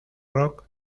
rock